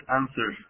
answer